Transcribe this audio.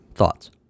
Thoughts